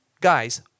guys